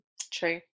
True